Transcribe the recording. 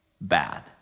bad